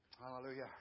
Hallelujah